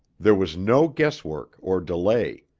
there was no guess-work or delay.